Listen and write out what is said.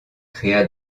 créa